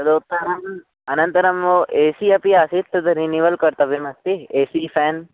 तदर्थम् अनन्तरम् A C अपि आसीत् तद् रिनीवल् कर्तव्यमस्ति ए सि फ़्यान्